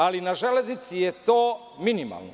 Ali, na železnici je to minimalno.